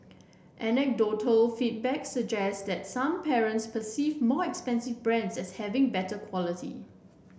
anecdotal feedback suggested that some parents perceive more expensive brands as having better quality